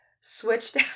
switched